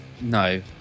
no